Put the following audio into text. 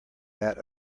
that